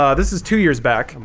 ah this is two years back.